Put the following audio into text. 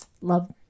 Love